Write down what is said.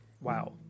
Wow